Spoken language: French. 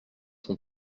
son